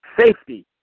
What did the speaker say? Safety